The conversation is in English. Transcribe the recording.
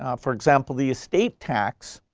ah for example the estate tax,